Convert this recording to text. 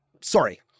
Sorry